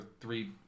three